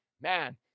Man